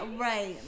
right